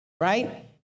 right